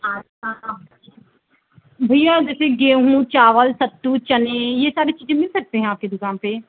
अच्छा भैया जैसे गेहूँ चावल सत्तू चने ये सारी चीजें मिल सकती हैं आपकी दुकान पर